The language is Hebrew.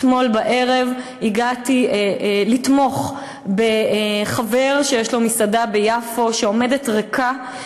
אתמול בערב הגעתי לתמוך בחבר שיש לו מסעדה ביפו שעומדת ריקה,